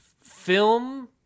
film